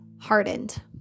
hardened